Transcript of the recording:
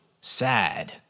Sad